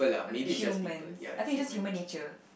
humans I think it's just human nature